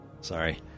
sorry